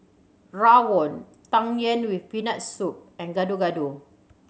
rawon Tang Yuen with Peanut Soup and Gado Gado